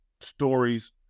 stories